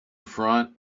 front